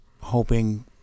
hoping